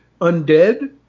undead